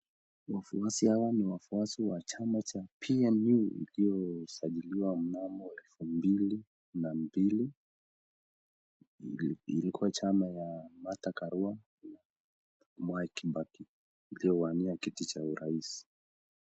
Wafuasi hawa ni wafuasi wa chama cha PNU ikiwa imesajiliwa mnamo elfu mbili na mbili ilikuwa chama ya Martha Karua, Mwai Kibaki iliyowania kiti cha urais.